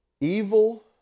Evil